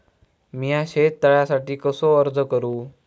मीया शेत तळ्यासाठी कसो अर्ज करू?